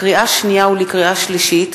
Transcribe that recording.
לקריאה שנייה ולקריאה שלישית: